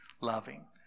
loving